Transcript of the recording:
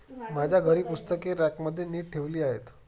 माझ्या घरी पुस्तके रॅकमध्ये नीट ठेवली आहेत